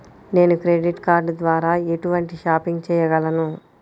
నేను credit card ద్వార ఎటువంటి షాపింగ్ చెయ్యగలను?